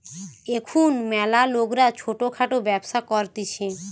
এখুন ম্যালা লোকরা ছোট খাটো ব্যবসা করতিছে